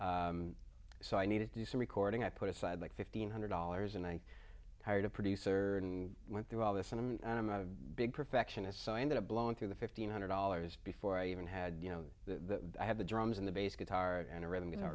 story so i needed to do some recording i put aside like fifteen hundred dollars and i hired a producer and went through all this and i'm a big perfectionist so i ended up blowing through the fifteen hundred dollars before i even had you know the i have the drums and the bass guitar and